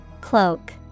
Cloak